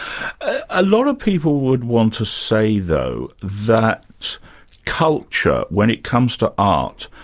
a lot of people would want to say though, that culture, when it comes to art,